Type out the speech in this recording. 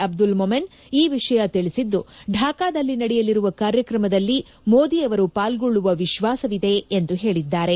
ಅಬ್ಲುಲ್ ಮೊಮೆನ್ ಈ ವಿಷಯ ತಿಳಿಸಿದ್ದು ಢಾಕಾದಲ್ಲಿ ನಡೆಯಲಿರುವ ಕಾರ್ಯಕ್ರಮದಲ್ಲಿ ಮೋದಿ ಅವರು ಪಾಲ್ಗೊಳ್ಳುವ ವಿಶ್ವಾಸವಿದೆ ಎಂದು ಹೇಳಿದ್ದಾರೆ